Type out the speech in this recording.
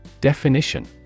Definition